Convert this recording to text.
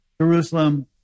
Jerusalem